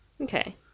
Okay